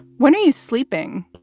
when are you sleeping?